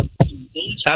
Happy